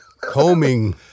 combing